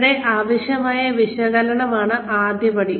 ഇവിടെ ആവശ്യമായ വിശകലനമാണ് ആദ്യപടി